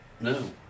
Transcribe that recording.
No